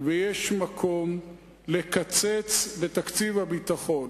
ויש מקום לקצץ בתקציב הביטחון.